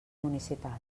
municipals